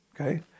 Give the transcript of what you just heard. okay